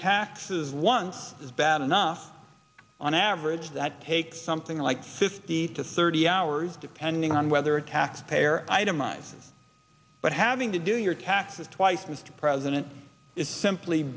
taxes once is bad enough on average that takes something like fifty to thirty hours depending on whether attack spare itemizes but having to do your taxes twice mr president is simply